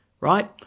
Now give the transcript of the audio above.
right